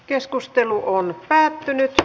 keskustelu päättyi